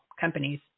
companies